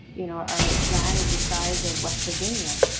you know, our land is the size of west virginia.